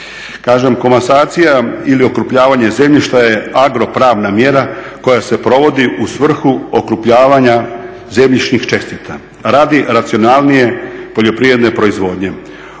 komasacija ili okrupnjavanje zemljišta je agropravna mjera koja se provodi u svrhu okrupnjavanja zemljišnih čestica radi racionalnije poljoprivredne proizvodnje.